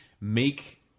make